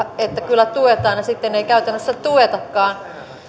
että kyllä tuetaan ja sitten ei käytännössä tuetakaan